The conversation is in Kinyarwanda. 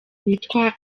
witwa